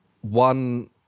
One